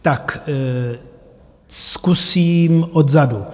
Tak zkusím odzadu.